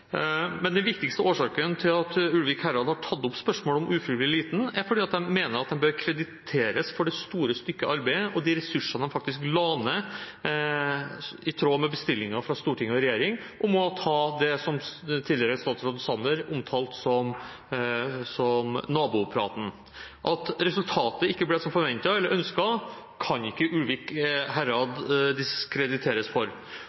Men den viktigste årsaken til at Ulvik herad har tatt opp spørsmålet om «ufrivillig liten», er at de mener at de bør krediteres for det store stykke arbeid og de ressursene de faktisk la ned i tråd med bestillingen fra storting og regjering om å ta det som tidligere statsråd for området, Jan Tore Sanner, omtalte som nabopraten. At resultatet ikke ble som forventet eller ønsket, kan ikke Ulvik herad diskrediteres for.